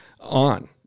on